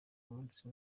umunsi